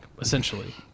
essentially